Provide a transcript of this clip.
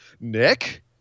nick